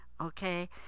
okay